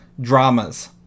dramas